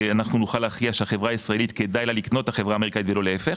שנוכל להכריע שלחברה הישראלית כדאי לקנות את החברה האמריקאית ולא להפך,